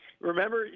Remember